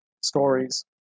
stories